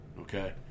okay